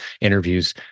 interviews